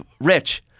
Rich